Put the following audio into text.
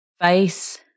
face